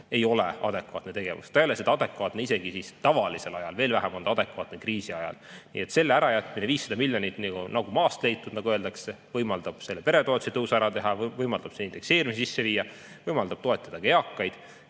ei ole adekvaatne tegevus. See ei ole adekvaatne isegi tavalisel ajal, veel vähem on see adekvaatne kriisi ajal. Selle ärajätmine – 500 miljonit nagu maast leitud, nagu öeldakse – võimaldab peretoetuste tõusu ära teha, võimaldab indekseerimise sisse viia, võimaldab toetada eakaid.